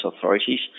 authorities